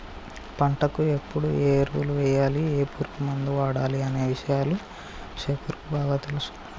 పంటకు ఎప్పుడు ఏ ఎరువులు వేయాలి ఏ పురుగు మందు వాడాలి అనే విషయాలు శేఖర్ కు బాగా తెలుసు